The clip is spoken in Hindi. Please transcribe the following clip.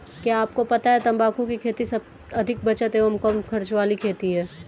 क्या आपको पता है तम्बाकू की खेती अधिक बचत एवं कम खर्च वाली खेती है?